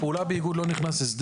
הפעולה באיגוד לא נכנסה.